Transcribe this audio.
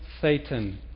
Satan